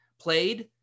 played